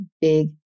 big